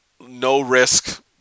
no-risk